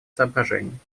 соображений